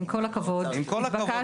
עם כל הכבוד --- עם כל הכבוד,